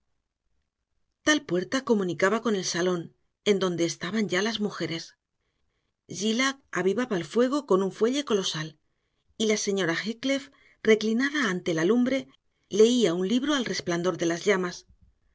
tal puerta comunicaba con el salón en donde estaban ya las mujeres zillah avivaba el fuego con un fuelle colosal y la señora heathcliff reclinada ante la lumbre leía un libro al resplandor de las llamas